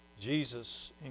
Jesus